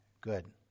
good